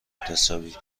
حسابی